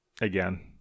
again